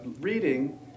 reading